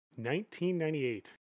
1998